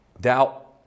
Doubt